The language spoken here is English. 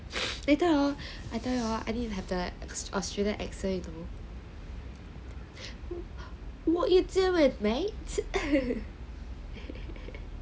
later hor I tell you hor I need to have the australian accent what you doing mate